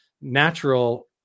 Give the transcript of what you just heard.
natural